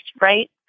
right